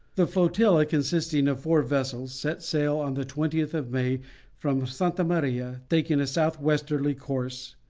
the flotilla, consisting of four vessels, set sail on the twentieth of may from santa-maria, taking a south-westerly course,